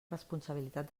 responsabilitat